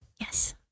Yes